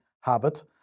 habit